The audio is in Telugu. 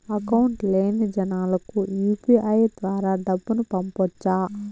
అకౌంట్ లేని జనాలకు యు.పి.ఐ ద్వారా డబ్బును పంపొచ్చా?